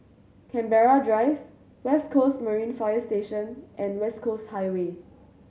Canberra Drive West Coast Marine Fire Station and West Coast Highway